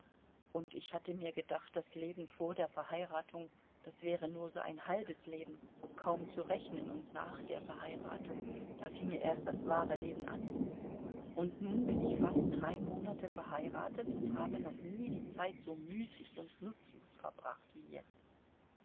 und ich hatte mir gedacht das leben vor der verheiratung das wäre nur so ein halbes leben kaum zu rechnen und nach der verheiratung da finge erst das wahre leben an und nun bin ich fast drei monate verheiratet und habe noch nie die zeit so müßig und nutzlos verbracht wie jetzt